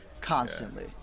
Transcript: constantly